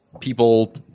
people